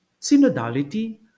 Synodality